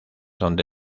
donde